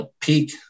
peak